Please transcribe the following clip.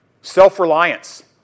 Self-reliance